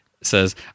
says